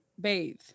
bathe